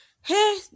hey